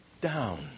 down